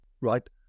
right